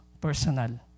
personal